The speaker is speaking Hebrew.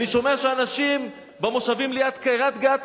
אני שומע שאנשים במושבים ליד קריית-גת,